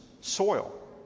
soil